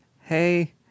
hey